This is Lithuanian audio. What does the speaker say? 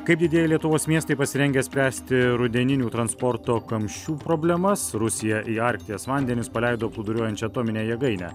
kaip didieji lietuvos miestai pasirengę spręsti rudeninių transporto kamščių problemas rusija į arkties vandenis paleido plūduriuojančią atominę jėgainę